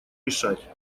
решать